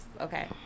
okay